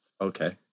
okay